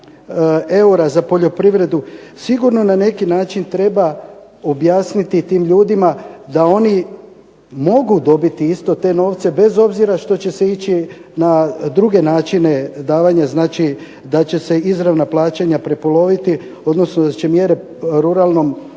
eura za poljoprivredu sigurno treba na neki način objasniti tim ljudima da oni mogu dobiti isto te novce bez obzira što će ići na druge načine davanja, znači da će se izravna plaćanja prepoloviti, odnosno da će mjere u ruralnom razvoju